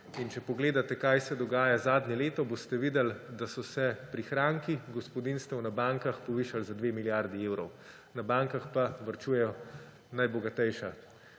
Če pogledate, kaj se dogaja zadnje leto, boste videli, da so se prihranki gospodinjstev na bankah povišali za 2 milijardi evrov, na bankah pa po navadi varčujejo najbogatejša